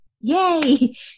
Yay